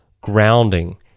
grounding